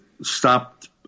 stopped